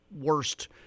worst